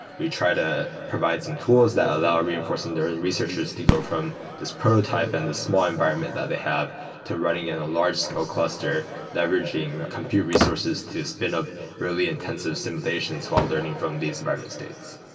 we try to provide some tools that allow reinforcement learning researchers to go from this prototype and this small environment that they have to running in a large scale cluster leveraging compute resources to spin up really intensive simulations while learning from these environment states.